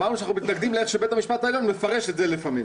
אמרנו שאנחנו מתנגדים לאיך שבית המשפט העליון מפרש את זה לפעמים.